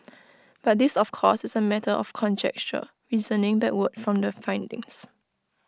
but this of course is A matter of conjecture reasoning backward from the findings